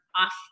off